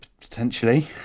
Potentially